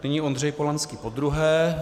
Nyní Ondřej Polanský podruhé.